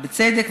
בצדק,